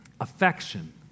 affection